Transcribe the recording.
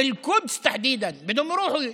מהכפרים במרכז,